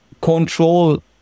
control